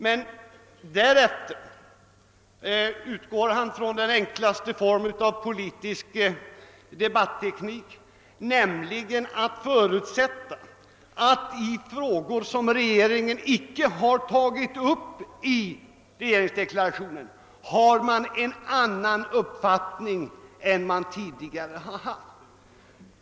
Men därefter tillgrep han den enklaste formen av politisk debatteknik, nämligen att förutsätta att i frågor som regeringen icke har tagit upp i regeringsdeklarationen hår regeringen en annan uppfattning än tidigare.